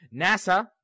NASA